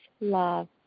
love